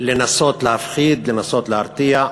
לנסות להפחיד, לנסות להרתיע,